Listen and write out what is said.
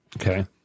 Okay